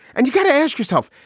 and you got to ask yourself,